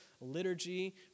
liturgy